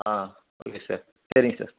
ஆ okay sir சரிங்க sir